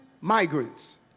migrants